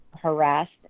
harassed